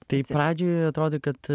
tai pradžioj atrodė kad